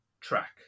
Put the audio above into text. track